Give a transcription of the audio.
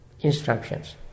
instructions